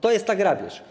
To jest ta grabież.